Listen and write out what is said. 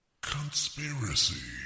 conspiracy